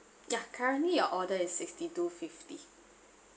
ya currently your order is sixty two fifty